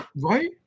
Right